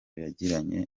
yagiranye